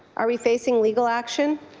are we facing legal action?